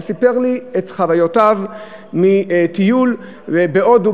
סיפר לי את חוויותיו מטיול בהודו,